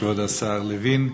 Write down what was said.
כבוד השר לוין,